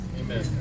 Amen